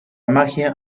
magia